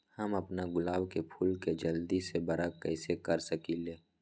हम अपना गुलाब के फूल के जल्दी से बारा कईसे कर सकिंले?